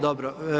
Dobro.